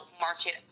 market